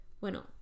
bueno